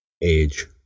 age